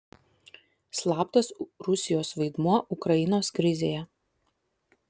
slaptas rusijos vaidmuo ukrainos krizėje